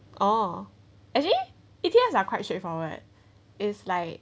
oo actually E_T_S are quite straightforward it's like